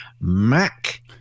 Mac